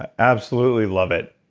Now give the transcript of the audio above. absolutely love it.